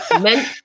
men